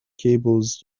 cables